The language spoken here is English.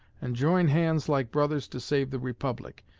and join hands like brothers to save the republic.